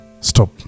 stop